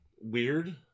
weird